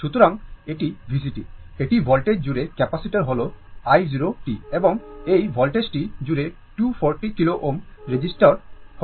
সুতরাং এটি VCt এটি voltage জুড়ে ক্যাপাসিটার হল i 0 t এবং এই ভোল্টেজটি জুড়ে 2 40 kilo Ω রেজিস্টর হল V 0 t